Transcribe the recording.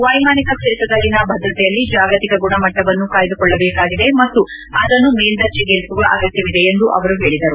ವೈಮಾನಿಕ ಕ್ಷೇತ್ರದಲ್ಲಿನ ಭದ್ರತೆಯಲ್ಲಿ ಜಾಗತಿಕ ಗುಣಮಟ್ಟವನ್ನು ಕಾಯ್ದುಕೊಳ್ಳಬೇಕಾಗಿದೆ ಮತ್ತು ಅದನ್ನು ಮೇಲ್ದರ್ಜೆಗೇರಿಸುವ ಅಗತ್ಯವಿದೆ ಎಂದು ಅವರು ಹೇಳಿದರು